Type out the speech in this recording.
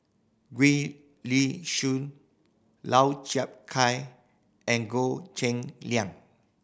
Gwee Li Sui Lau Chiap Khai and Goh Cheng Liang